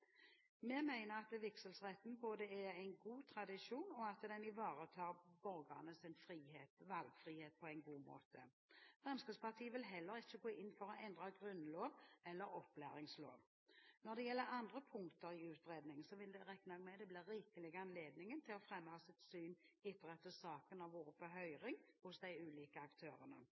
Vi mener at vigselsretten er både en god tradisjon og ivaretar borgernes valgfrihet på en god måte. Fremskrittspartiet vil heller ikke gå inn for å endre grunnlov eller opplæringslov. Når det gjelder andre punkter i utredningen, regner jeg med det vil bli rikelig anledning til å fremme sitt syn etter at saken har vært på høring hos de ulike aktørene.